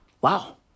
Wow